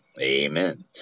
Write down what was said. Amen